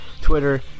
Twitter